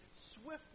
swiftly